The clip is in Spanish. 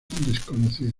desconocido